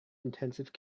intensive